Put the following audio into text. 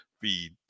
feed